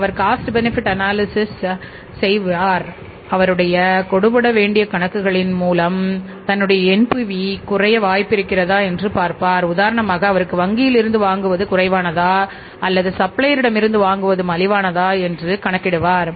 அவர் cost benefit analysis இடமிருந்து வாங்குவது மலிவானதா என்று கணக்கு இடுவார்